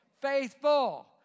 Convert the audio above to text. Faithful